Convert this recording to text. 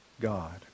God